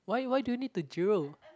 why why do you need to drill